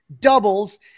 doubles